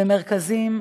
במרכזים,